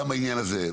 גם העניין הזה.